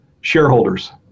shareholders